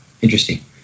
Interesting